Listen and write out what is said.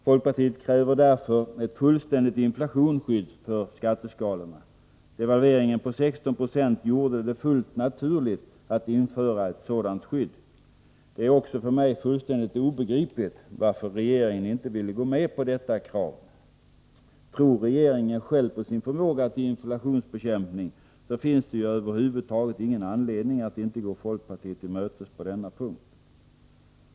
Folkpartiet kräver därför ett fullständigt inflationsskydd för skatteskalorna. Devalveringen på 16 20 gjorde det fullt naturligt att införa ett sådant skydd. Det är också för mig fullständigt obegripligt att regeringen inte ville gå med på detta krav. Tror regeringen själv på sin förmåga till inflationsbekämpning, finns det ju över huvud taget ingen anledning att inte gå folkpartiet till mötes på denna punkt.